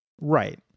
Right